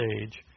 age